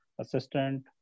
assistant